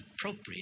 appropriate